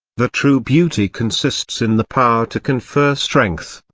the true beauty consists in the power to confer strength,